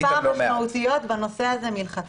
ויש מגבלות אכיפה משמעותיות בנושא הזה מלכתחילה.